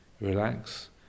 Relax